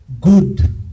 good